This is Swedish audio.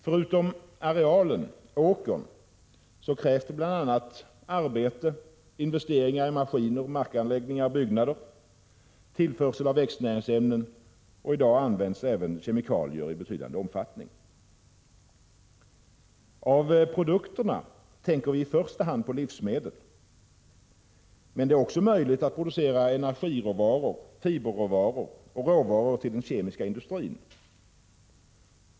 Förutom arealen, åkern, krävs det bl.a. arbete, investeringar i maskiner och markanläggningar, byggnader och tillförsel av växtnäringsämnen. I dag används dessutom även kemikalier i betydande omfattning. Bland produkterna tänker vi i första hand på livsmedlen, men det är också möjligt att producera energiråvaror, fiberråvaror och råvaror till den kemiska industrin.